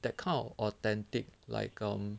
that kind of authentic like um